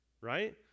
right